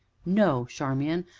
no, charmian,